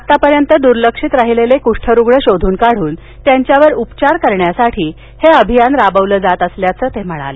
आतापर्यंत दुर्लक्षित राहिलेले कुष्ठरुग्ण शोधून काढून उपचाराखाली आणण्यासाठी हे अभियान राबवलं जात असल्याचं ते म्हणाले